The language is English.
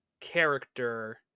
character